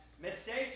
mistakes